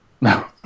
no